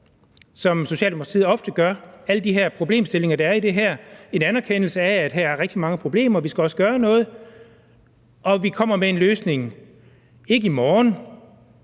som Socialdemokratiet ofte gør, alle de problemstillinger, der er i det her. Der er en anerkendelse af, at her er rigtig mange problemer, at vi også skal gøre noget, og at vi kommer med en løsning – ikke i morgen,